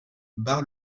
bar